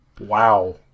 Wow